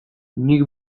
nik